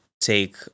take